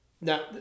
Now